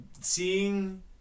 seeing